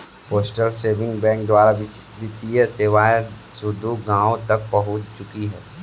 postal saving bank द्वारा वित्तीय सेवाएं सुदूर गाँवों तक पहुंच चुकी हैं